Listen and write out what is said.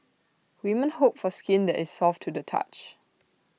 women hope for skin that is soft to the touch